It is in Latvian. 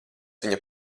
viņa